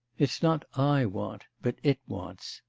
it's not i want, but it wants.